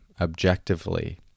objectively